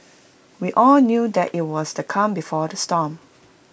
we all knew that IT was the calm before the storm